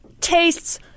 Tastes